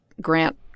Grant